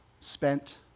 spent